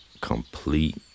complete